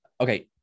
Okay